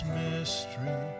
mystery